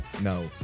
No